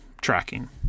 tracking